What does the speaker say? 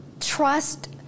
Trust